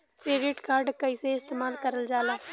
Credit card कईसे इस्तेमाल करल जाला?